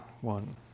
one